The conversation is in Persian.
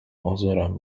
ازارم